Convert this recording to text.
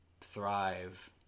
thrive